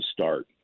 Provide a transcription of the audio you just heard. start